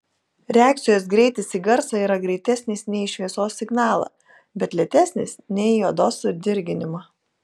reakcijos greitis į garsą yra greitesnis nei į šviesos signalą bet lėtesnis nei į odos sudirginimą